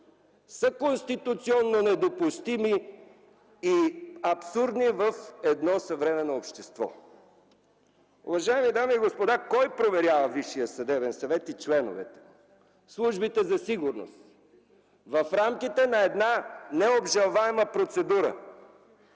са конституционно недопустими и абсурдни в едно съвременно общество. Уважаеми дами и господа, кой проверява Висшия съдебен съвет и неговите членове? Службите за сигурност, в рамките на необжалваема процедура.